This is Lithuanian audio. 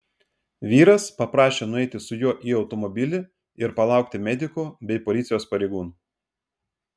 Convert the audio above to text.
vyras paprašė nueiti su juo į automobilį ir palaukti medikų bei policijos pareigūnų